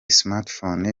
smartphones